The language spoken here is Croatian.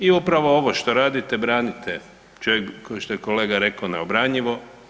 I upravo ovo što radite branite što je kolega rekao neobranjivo.